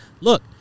Look